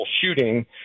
shooting